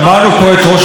ואני מסכים איתו.